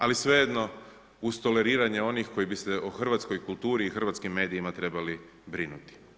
Ali svejedno, uz toleriranje onih koji bi se u hrvatskoj kulturi i hrvatskim medijima trebali brinuti.